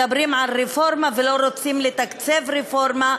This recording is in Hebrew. מדברים על רפורמה ולא רוצים לתקצב רפורמה.